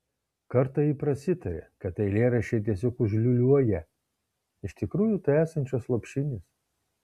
kartą ji prasitarė kad eilėraščiai tiesiog užliūliuoją iš tikrųjų tai esančios lopšinės